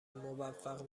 موفق